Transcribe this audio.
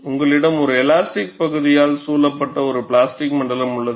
உங்களிடம் ஒரு எலாஸ்டிக் பகுதியால் சூழப்பட்ட ஒரு பிளாஸ்டிக் மண்டலம் உள்ளது